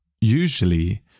Usually